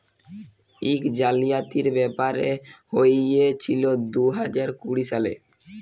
ইক জালিয়াতির ব্যাপার হঁইয়েছিল দু হাজার কুড়ি সালে